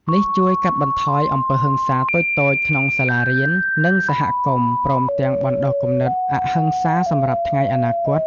នេះជួយកាត់បន្ថយអំពើហិង្សាតូចៗក្នុងសាលារៀន និងសហគមន៍ ព្រមទាំងបណ្ដុះគំនិតអហិង្សាសម្រាប់ថ្ងៃអនាគត។